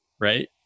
Right